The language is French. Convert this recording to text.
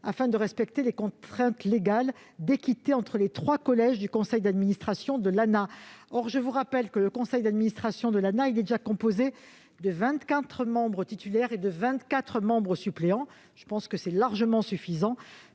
afin de respecter les contraintes légales d'équité entre les trois collèges du conseil d'administration de l'ANAH. Or je vous rappelle que ce conseil est déjà composé de 24 membres titulaires et de 24 membres suppléants, ce qui est largement suffisant.